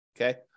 Okay